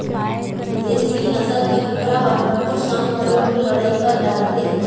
एसील नसल के कुकरा ह कुकुर संग घलोक लड़ई कर डारथे